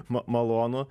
ma malonu